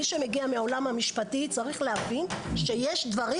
מי שמגיע מהעולם המשפטי צריך להבין שיש דברים